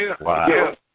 Wow